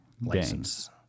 license